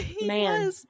man